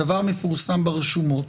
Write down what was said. הדבר מפורסם ברשומות,